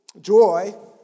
Joy